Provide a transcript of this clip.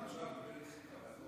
(קורא בשמות חברי הכנסת)